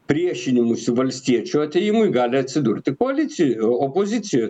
priešinimusi valstiečių atėjimui gali atsidurti koalicijoj opozicijoj